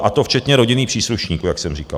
A to včetně rodinných příslušníků, jak jsem říkal.